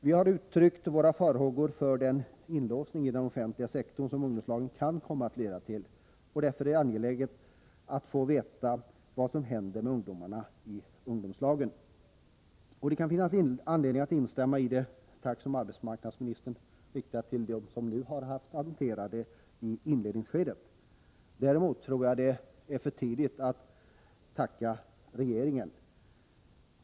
Vi har uttryckt våra farhågor för den ”inlåsning” i den offentliga sektorn som ungdomslagen kan komma att leda till. Det är angeläget att få veta vad som händer med ungdomarna i ungdomslagen. Det kan finnas anledning att instämma i det tack som arbetsmarknadsministern riktat till den grupp som nu har haft att hantera verksamheten i inledningsskedet. Däremot tror jag att det är för tidigt att tacka regeringen.